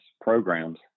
programs